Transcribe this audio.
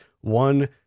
one